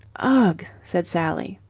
ugh! said sally.